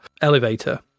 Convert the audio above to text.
elevator